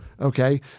Okay